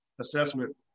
assessment